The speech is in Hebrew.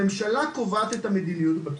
הממשלה קובעת את המדיניות בתחום.